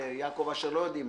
חבר הכנסת יעקב אשר, זה